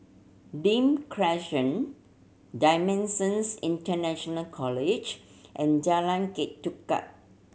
Nim Crescent Dimensions International College and Jalan Ketuka